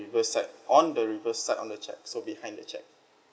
reverse side on the reverse side on the cheque so behind the cheque